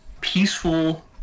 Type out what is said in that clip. peaceful